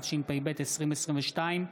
התשפ"ב 2022,